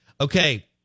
Okay